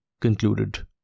concluded